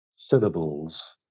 Syllables